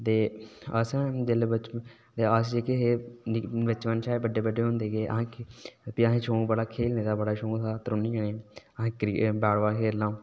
ते अस जेल्तै अस जेह्के हे बचपन च हे बड्डे बड्डे होंदे गे फ्ही असें ई शौंक बड़ा खेढने दा बड़ा शौंक हा त्रौन्नी जने ई असें ई क्री बैट बाल